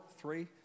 three